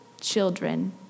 children